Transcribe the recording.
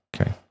Okay